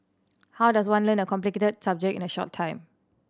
how does one learn a complicated subject in a short time